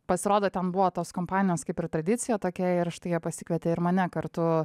pasirodo ten buvo tos kompanijos kaip ir tradicija tokia ir štai jie pasikvietė ir mane kartu